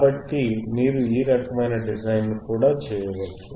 కాబట్టి మీరు ఈ రకమైన డిజైన్ కూడా చేయవచ్చు